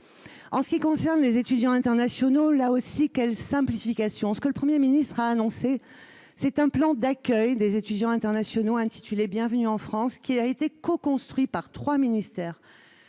En ce qui concerne les étudiants internationaux, là encore, que de simplifications ! Ce que le Premier ministre a annoncé, c'est un plan d'accueil des étudiants internationaux, intitulé « Bienvenue en France », qui a été coconstruit par trois ministères.